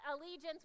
allegiance